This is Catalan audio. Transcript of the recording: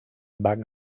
banc